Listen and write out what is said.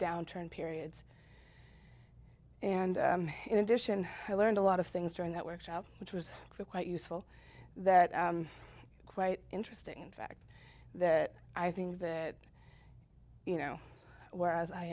downturn periods and in addition i learned a lot of things during that workshop which was quite useful that quite interesting fact that i think that you know where as i